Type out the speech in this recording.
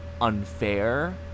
unfair